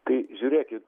tai žiūrėkit